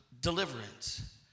deliverance